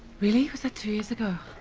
really, was that two years ago?